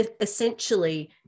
essentially